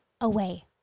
away